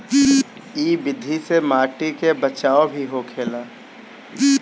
इ विधि से माटी के बचाव भी होखेला